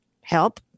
help